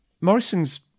Morrison's